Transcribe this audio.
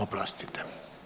Oprostite.